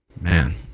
Man